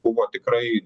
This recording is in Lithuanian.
buvo tikrai